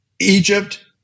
Egypt